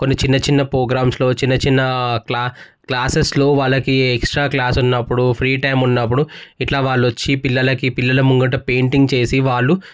కొన్ని చిన్న చిన్న ప్రోగ్రామ్స్లో చిన్న చిన్న క్లా క్లాసెస్లో వాళ్ళకి ఎక్స్ట్రా క్లాస్ ఉన్నప్పుడు ఫ్రీ టైం ఉన్నప్పుడు ఇట్లా వాళ్ళు వచ్చి పిల్లల ముందు పెయింటింగ్ చేసి వాళ్ళు